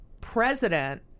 president